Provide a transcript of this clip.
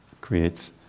creates